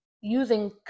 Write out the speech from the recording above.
using